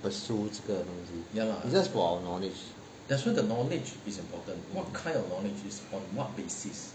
pursued 这个东西 it's just for our knowledge